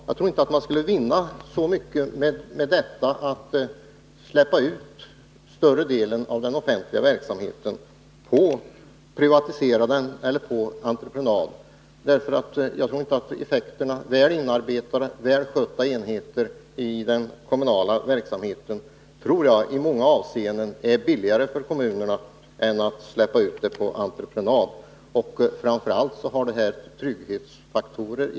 Jag tror inte att man skulle vinna särskilt mycket på att privatisera verksamheten eller lämna ut den på entreprenad. Tvärtom tror jag att det i många avseenden är billigare för kommunerna att i egen regi bedriva verksamheten i väl inarbetade och väl skötta enheter. Framför allt har vi här att göra med trygghetsfaktorer.